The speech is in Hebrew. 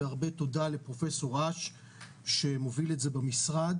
והרבה תודה לפרופ' אש שמוביל את זה במשרד.